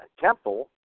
temple